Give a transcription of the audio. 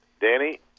Danny